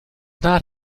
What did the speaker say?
not